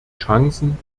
chancen